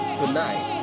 tonight